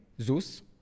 Zeus